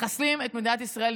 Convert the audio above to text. מחסלים את מדינת ישראל,